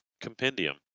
compendium